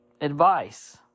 advice